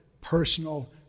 personal